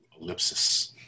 Ellipsis